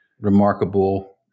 remarkable